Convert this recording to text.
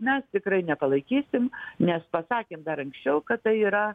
mes tikrai nepalaikysim nes pasakėm dar anksčiau kad tai yra